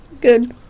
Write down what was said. Good